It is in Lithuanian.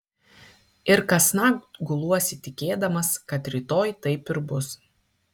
ir kasnakt guluosi tikėdamas kad rytoj taip ir bus